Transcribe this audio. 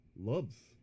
loves